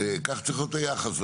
כך צריך להיות היחס.